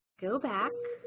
go back